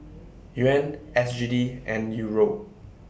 Yuan S G D and Euro